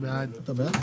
בעד.